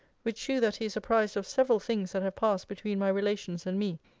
which shew that he is apprized of several things that have passed between my relations and me,